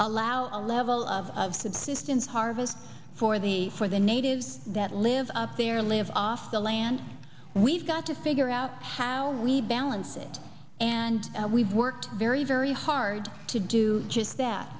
allow a level of subsistence harvest for the for the natives that live up there live off the land we've got to figure out how we balance it and we've worked very very hard to do just that